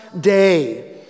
day